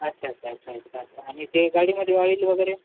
अच्छा अच्छा अच्छा अच्छा आणि ते गाडीमध्ये वाईलवगैरे